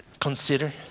consider